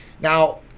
Now